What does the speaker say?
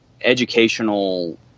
educational